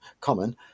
common